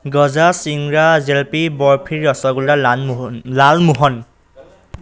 গজা চিংৰা জেলেপী বৰফি ৰসগোল্লা লালমোহন লালমোহন